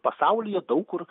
pasaulyje daug kur